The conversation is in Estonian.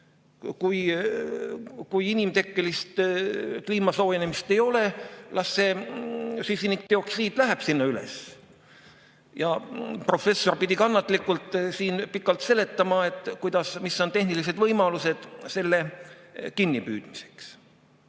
Kui inimtekkelist kliima soojenemist ei ole, siis las see süsinikdioksiid läheb sinna üles. Ja professor pidi kannatlikult siin pikalt seletama, mis on tehnilised võimalused selle kinnipüüdmiseks.